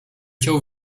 ciął